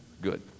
Good